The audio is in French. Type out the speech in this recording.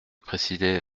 préciser